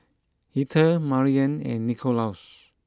Etha Mariann and Nicholaus